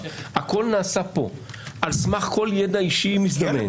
הכול נעשה פה על סמך כל ידע אישי מזדמן --- היה